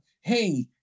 Hey